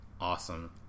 awesome